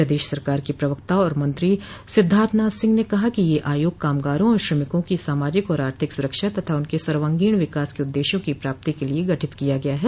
प्रदेश सरकार के प्रवक्ता और मंत्री सिद्धार्थनाथ सिंह ने कहा कि यह आयोग कामगारों और श्रमिकों को सामाजिक और आर्थिक सुरक्षा तथा उनके सर्वांगीण विकास के उददश्यों की प्राप्ति के लिये गठित किया गया है